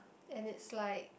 and it's like